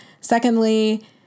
secondly